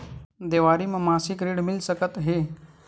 देवारी म मासिक ऋण मिल सकत हे?